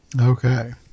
Okay